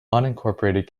unincorporated